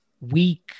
weak